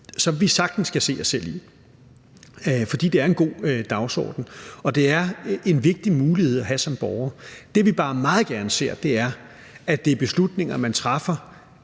som vi sagtens kan se os selv i, fordi det er en god dagsorden og det er vigtigt at have den mulighed som borger. Det, vi bare meget gerne ser, er, at det er beslutninger, man træffer